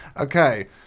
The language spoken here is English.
Okay